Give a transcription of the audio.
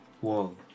wall